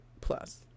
Plus